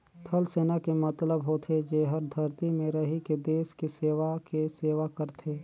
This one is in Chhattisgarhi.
थलसेना के मतलब होथे जेहर धरती में रहिके देस के सेवा के सेवा करथे